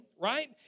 right